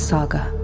Saga